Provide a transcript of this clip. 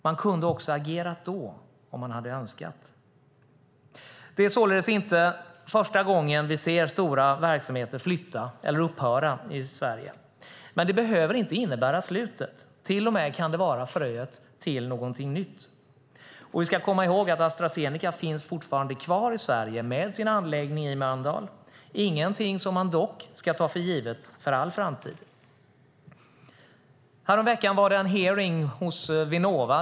Man kunde också ha agerat då om man hade önskat. Det är således inte första gången vi ser stora verksamheter flytta eller upphöra i Sverige, men det behöver inte innebära slutet. Det kan till och med vara fröet till något nytt. Vi ska komma ihåg att Astra Zeneca fortfarande finns kvar i Sverige med sin anläggning i Mölndal. Det är dock inget som man ska ta för givet för all framtid. Häromveckan var det en hearing hos Vinnova.